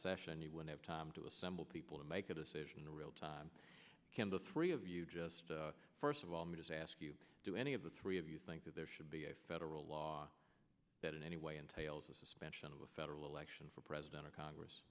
session you would have time to assemble people to make a decision in real time can the three of you just first of all me just ask you do any of the three of you think that there should be a federal law that in any way entails a suspension of a federal election for president or congress